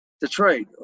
Detroit